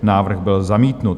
Návrh byl zamítnut.